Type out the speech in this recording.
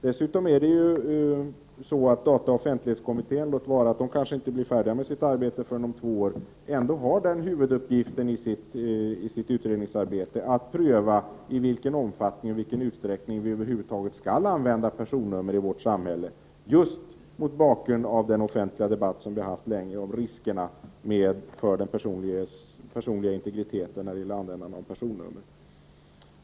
Dessutom är det så att dataoch offentlighetskommittén — låt vara att kommittén kanske inte blir färdig med sitt arbete förrän om två år — ändå har som huvuduppgift att under utredningsarbetet pröva i vilken utsträckning vi över huvud taget skall använda personnummer i vårt samhälle, just mot bakgrund av den offentliga debatt som vi haft länge om riskerna för den personliga integriteten vid användande av personnummer.